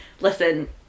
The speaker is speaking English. Listen